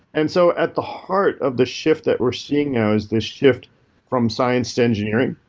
and so at the heart of the shift that we're seeing now is this shift from science to engineering.